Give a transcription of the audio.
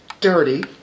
dirty